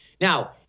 Now